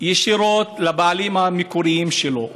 ישירות לבעלים המקוריים שלו,